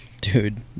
dude